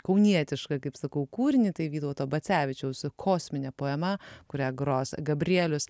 kaunietišką kaip sakau kūrinį tai vytauto bacevičiaus kosminė poema kurią gros gabrielius